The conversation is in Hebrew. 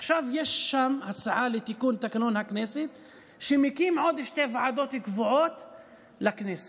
עכשיו יש שם הצעה לתיקון תקנון הכנסת שמקים עוד שתי ועדות קבועות לכנסת,